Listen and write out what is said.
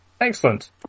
Excellent